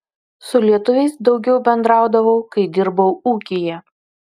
su lietuviais daugiau bendraudavau kai dirbau ūkyje